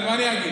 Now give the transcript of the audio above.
מה אני אגיד?